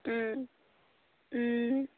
ও